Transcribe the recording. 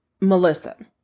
Melissa